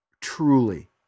truly